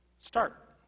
start